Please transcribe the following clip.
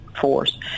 force